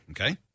Okay